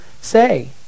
say